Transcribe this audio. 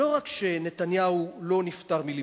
לא רק שנתניהו לא נפטר מליברמן,